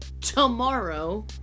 tomorrow